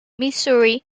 missouri